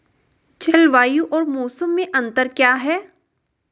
जलवायु और मौसम में अंतर क्या है?